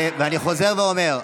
אני חוזר ואומר: